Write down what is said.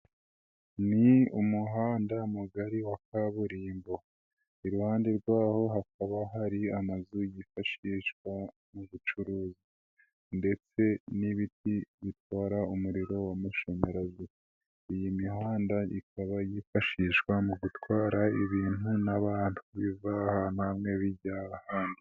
Ni umuhanda mugari wa kaburimbo. Iruhande rwaho hakaba hari amazu yifashishwa mu gucuruza ndetse n'ibiti bitwara umuriro w'amashanyarazi. Iyi mihanda ikaba yifashishwa mu gutwara ibintu n'abantu biva ahantu hamwe bijya ahandi.